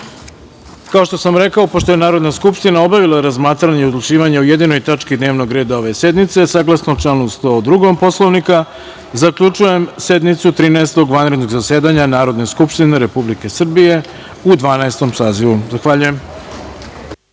što sam rekao, pošto je Narodna skupština obavila razmatranje i odlučivanje o jedinoj tački dnevnog reda ove sednice, saglasno članu 102. Poslovnika, zaključujem sednicu Trinaestog vanrednog zasedanja Narodne skupštine Republike Srbije u Dvanaestom sazivu. Zahvaljujem.